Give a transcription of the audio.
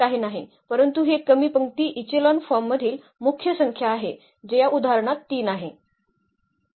काही नाही परंतु हे कमी पंक्ती इचेलॉन फॉर्म मधील मुख्य संख्या आहे जे या उदाहरणात 3 आहे